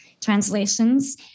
translations